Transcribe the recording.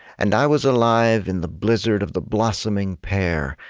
and i was alive in the blizzard of the blossoming pear,